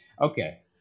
Okay